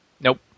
Nope